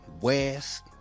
West